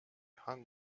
hung